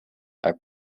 are